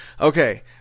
Okay